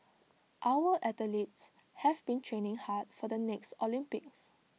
our athletes have been training hard for the next Olympics